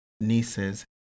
nieces